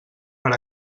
per